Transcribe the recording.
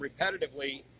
repetitively